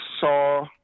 saw